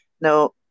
no